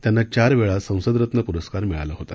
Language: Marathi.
त्यांना चार वेळा संसदरत्न प्रस्कार मिळाला होता